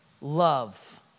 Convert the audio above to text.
love